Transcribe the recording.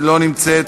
לא נמצאת,